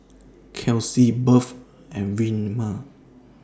Kelcie Beth and Wilmer